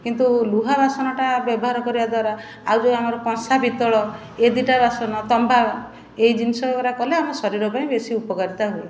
କିନ୍ତୁ ଲୁହା ବାସନଟା ବ୍ୟବହାର କରିବା ଦ୍ୱାରା ଆଉ ଯେଉଁ ଆମର କଂସା ପିତଳ ଏଇ ଦୁଇଟା ବାସନ ତମ୍ବା ଏଇ ଜିନିଷ ଗୁରା କଲେ ଆମ ଶରୀର ପାଇଁ ବେଶୀ ଉପକାରିତା ହୁଏ